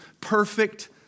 perfect